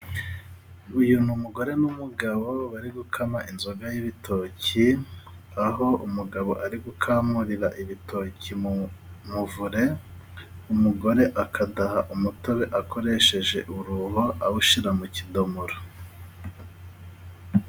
Uyu ni umugore n'umugabo bari gukama inzoga y'ibitoki aho umugabo ari gukamurira ibitoki mu muvure, umugore akadaha umutobe akoresheje uruho awushyira mu kidomoro.